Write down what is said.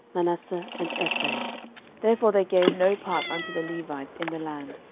manasseh and ephraim therefore they gave no part unto the levites in the land,